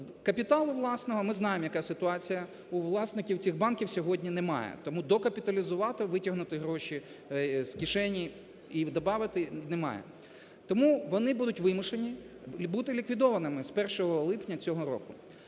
Капіталу власного – ми знаємо, яка ситуація, – у власників цих банків сьогодні немає. Тому докапіталізувати, витягнути гроші з кишені і добавити немає. Тому вони будуть вимушені бути ліквідованими з 1 липня цього року.